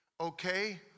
okay